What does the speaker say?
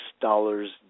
dollars